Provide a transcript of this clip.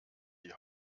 die